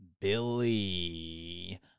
Billy